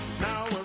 now